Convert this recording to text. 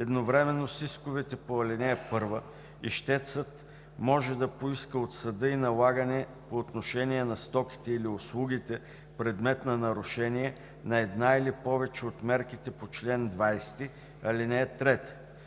Едновременно с исковете по ал. 1 ищецът може да поиска от съда и налагане по отношение на стоките или услугите – предмет на нарушение на една или повече от мерките по чл. 20, ал. 3.